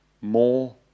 more